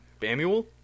Bamuel